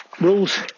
rules